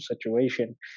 situation